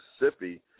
Mississippi